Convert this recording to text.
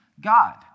God